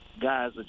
guys